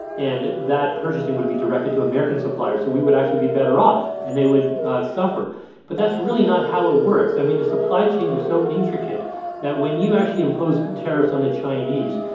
and that purchasing would be directed to american suppliers. so we would actually be better off, and they would suffer but that's really not how it works. i mean, the supply chains are so intricate that when you actually impose tariffs on the chinese,